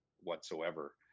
whatsoever